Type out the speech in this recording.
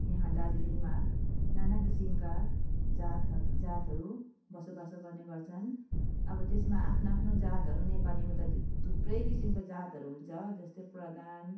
यहाँ दार्जिलिङमा नाना किसिमका जात जातहरू बसोबासो गर्ने गर्छन् अब त्यसमा आफ्नो आफ्नो जातहरू नेपालीमा त थुप्रै किसिमको जातहरू हुन्छ जस्तै प्रधान